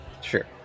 Sure